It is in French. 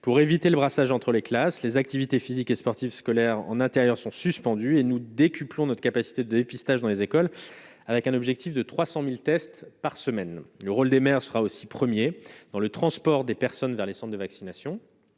pour éviter le brassage entre les classes, les activités physiques et sportives scolaires en intérieur sont suspendus et nous décuplant notre capacité de dépistage dans les écoles avec un objectif de 300000 tests par semaine, le rôle des maires sera aussi 1er dans le transport des personnes vers les cendres de vaccination,